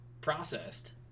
processed